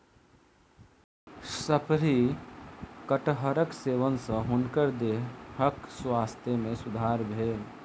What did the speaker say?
शफरी कटहरक सेवन सॅ हुनकर देहक स्वास्थ्य में सुधार भेल